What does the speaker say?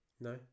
No